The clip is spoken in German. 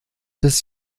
des